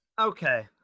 okay